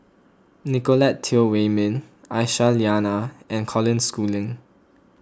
Nicolette Teo Wei Min Aisyah Lyana and Colin Schooling